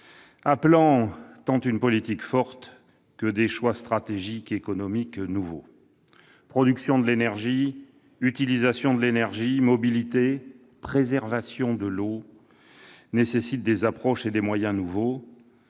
appelant une politique forte ainsi que des choix stratégiques économiques nouveaux. Production de l'énergie, utilisation de l'énergie, mobilités, préservation de l'eau, nécessitent des approches et des moyens nouveaux,